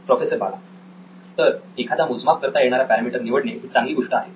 professor Bala तर एखादा मोजमाप करता येणारा पॅरामीटर निवडणे ही चांगली गोष्ट आहे